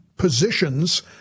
Positions